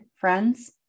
friends